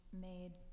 made